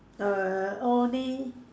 err only